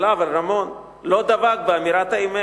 עליו, על רמון, "לא דבק באמירת האמת.